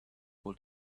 were